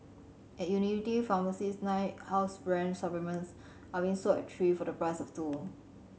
at unity pharmacies nine house brand supplements are being sold at three for the price of two